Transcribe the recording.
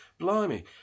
Blimey